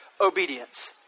obedience